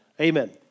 amen